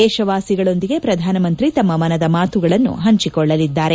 ದೇಶವಾಸಿಗಳೊಂದಿಗೆ ಪ್ರಧಾನಮಂತ್ರಿ ತಮ್ಮ ಮನದ ಮಾತುಗಳನ್ನು ಹಂಚಿಕೊಳ್ಳಲಿದ್ದಾರೆ